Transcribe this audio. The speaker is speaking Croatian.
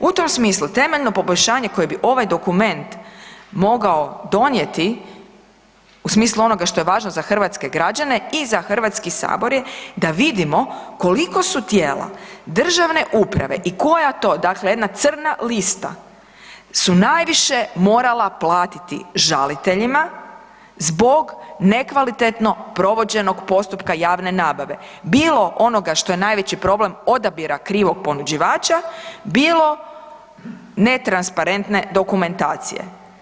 U tom smislu temeljno poboljšanje koje bi ovaj dokument mogao donijeti u smislu onoga što je važno za hrvatske građane i za HS je da vidimo koliko su tijela državne uprave i koja to, dakle jedna crna lista su najviše morala platiti žaliteljima zbog nekvalitetno provođenog postupka javne nabave, bilo onoga što je najveći problem, odabira krivog ponuđivača, bilo netransparentne dokumentacije.